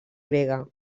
grega